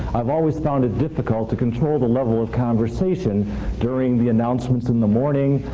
i've always found it difficult to control the level of conversation during the announcements in the morning,